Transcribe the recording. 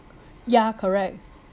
yeah correct